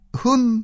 hun